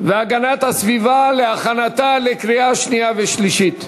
והגנת הסביבה להכנתה לקריאה שנייה ושלישית.